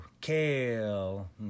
kale